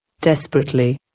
desperately